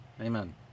Amen